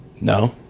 No